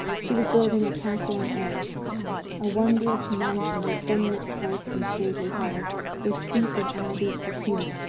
she was building a castle in air a wondrous mansion whose sunlit courts and stately halls were steeped in araby's perfume,